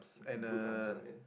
it's a good answer man